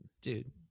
Dude